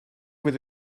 fydd